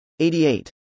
88